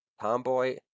Tomboy